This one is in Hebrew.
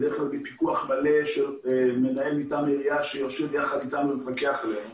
בדרך כלל בפיקוח מלא של מנהל מטעם העירייה שיושב יחד אתנו ומפקח עלינו,